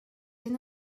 энэ